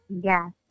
Yes